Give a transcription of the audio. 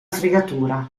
fregatura